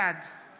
בעד